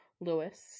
Lewis